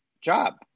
job